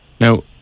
Now